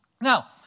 Now